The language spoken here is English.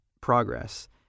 progress